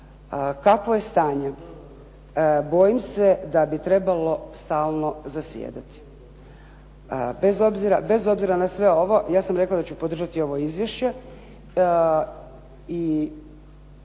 kakvo je stanje. Bojim se da bi trebalo stalno zasjedati. Bez obzira na sve ovo ja sam rekla da ću podržati ovo izvješće i